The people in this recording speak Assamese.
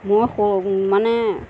মই মানে